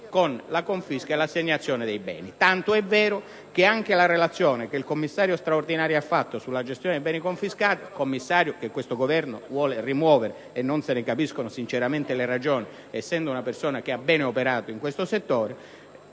con la confisca e l'assegnazione, tant'è vero che anche la relazione che il commissario straordinario ha fatto sulla gestione dei beni confiscati - commissario che questo Governo vuole rimuovere, e non se ne capiscono, sinceramente, le ragioni, essendo una persona che ha ben operato in questo settore